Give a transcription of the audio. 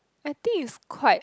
I think it's quite